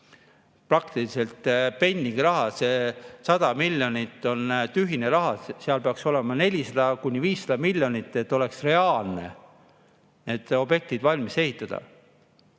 praktiliselt pennigi raha. See 100 miljonit on tühine raha, seal peaks olema 400–500 miljonit, et oleks reaalne need objektid valmis ehitada.